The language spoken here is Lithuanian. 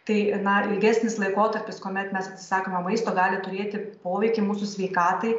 tai na ilgesnis laikotarpis kuomet mes atsisakome maisto gali turėti poveikį mūsų sveikatai